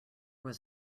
was